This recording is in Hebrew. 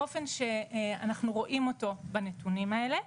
באופן שאנחנו רואים אותו בנתונים האלה.